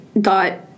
got